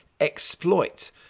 exploit